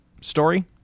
story